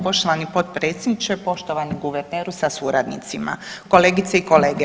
Poštovani potpredsjedniče, poštovani guverneru sa suradnicima, kolegice i kolege.